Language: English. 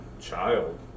child